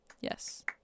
Yes